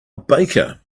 baker